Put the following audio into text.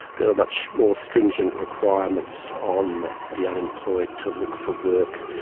there were much more stringent requirements on the unemployed to look for work.